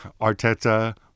Arteta